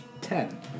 ten